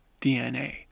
DNA